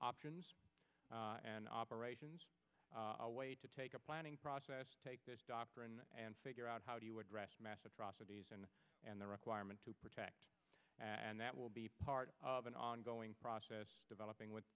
options and operations a way to take a planning process take this doctrine and figure out how do you address mass atrocities and and the requirement to protect and that will be part of an ongoing process developing with